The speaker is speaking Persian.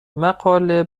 مقاله